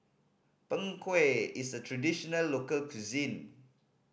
Png Kueh is a traditional local cuisine